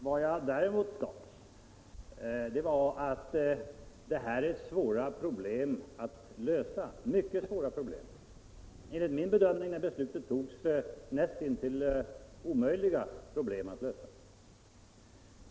Vad jag däremot sade var att det här är svåra problem delvis näst intill omöjliga problem att lösa.